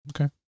Okay